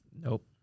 Nope